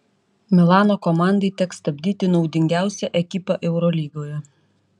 milano komandai teks stabdyti naudingiausią ekipą eurolygoje